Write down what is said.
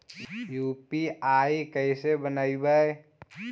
UPI कैसे बनइबै?